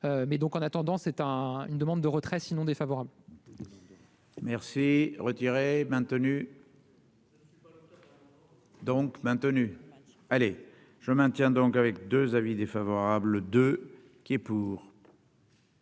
mais donc en attendant c'est un une demande de retrait sinon défavorable. Merci retirer maintenu. Donc maintenu, allez je maintiens donc avec 2 avis défavorables de qui est pour.